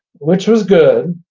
which was good,